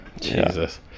Jesus